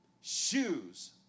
Shoes